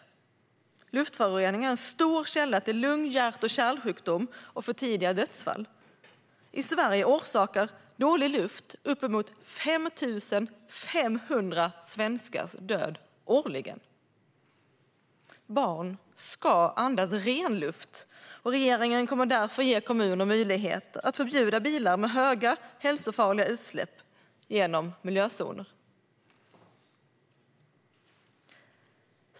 Luftföroreningarna är en stor källa till lung, hjärt och kärlsjukdomar och för tidiga dödsfall. I Sverige orsakar dålig luft årligen uppemot 5 500 svenskars död. Barn ska andas ren luft, och regeringen kommer därför att ge kommuner möjlighet att förbjuda bilar med höga hälsofarliga utsläpp genom miljözoner.